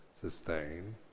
sustain